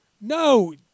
no